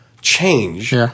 change